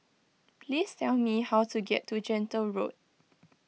please tell me how to get to Gentle Road